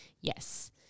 Yes